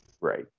right